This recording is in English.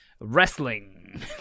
wrestling